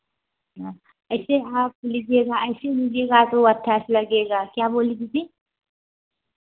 हाँ ऐसे आप लीजिएगा ऐसे लीजिएगा तो अट्ठाइस लगेगा क्या बोली दीदी